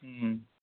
ம் ம்